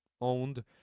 owned